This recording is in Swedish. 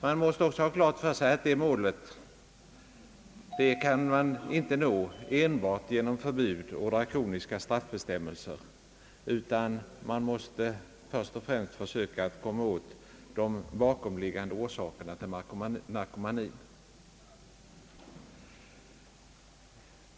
Man måste också ha klart för sig att man inte kan nå detta mål enbart genom förbud och . drakoniska straffbestämmelser, utan man måste först och främst försöka komma åt de bakomliggande orsakerna till narkomanin.